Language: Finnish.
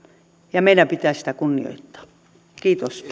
ja meidän pitää sitä kunnioittaa kiitos